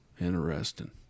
Interesting